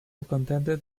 contended